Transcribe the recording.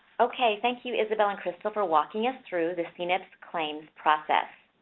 okay, thank you isabelle and crystal for walking us through the cnips claims process.